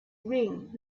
ring